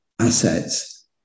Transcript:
assets